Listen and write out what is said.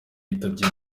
yitabye